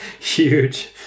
huge